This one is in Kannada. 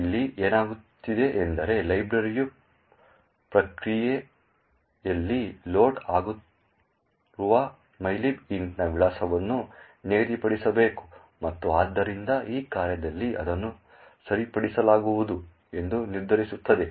ಇಲ್ಲಿ ಏನಾಗುತ್ತಿದೆ ಎಂದರೆ ಲೈಬ್ರರಿಯು ಪ್ರಕ್ರಿಯೆಯಲ್ಲಿ ಲೋಡ್ ಆಗುತ್ತಿರುವಾಗ mylib int ನ ವಿಳಾಸವನ್ನು ನಿಗದಿಪಡಿಸಬೇಕು ಮತ್ತು ಆದ್ದರಿಂದ ಈ ಕಾರ್ಯದಲ್ಲಿ ಅದನ್ನು ಸರಿಪಡಿಸಲಾಗುವುದು ಎಂದು ನಿರ್ಧರಿಸುತ್ತದೆ